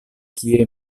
kie